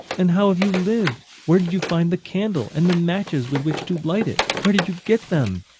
and how have you lived? where did you find the candle? and the matches with which to light it where did you get them?